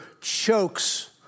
chokes